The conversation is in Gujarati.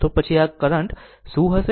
તો પછી આ દ્વારા કરંટ શું હશે